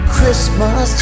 Christmas